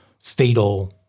fatal